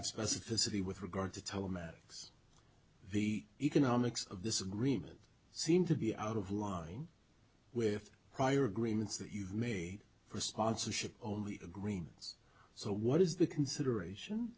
of specificity with regard to telematics the economics of this agreement seem to be out of line with prior agreements that you've made for sponsorship only agreements so what is the consideration